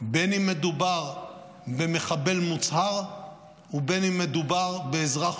בין שמדובר במחבל מוצהר ובין שמדובר באזרח